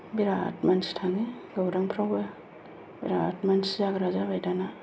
बिराद मानसि थाङो गौरांफ्रावबो बिराद मानसि जाग्रा जाबाय दाना